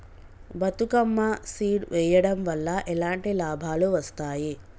Bathukamma seed వెయ్యడం వల్ల ఎలాంటి లాభాలు వస్తాయి?